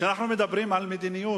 כשאנחנו מדברים על מדיניות,